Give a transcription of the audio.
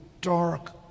dark